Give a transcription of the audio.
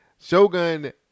Shogun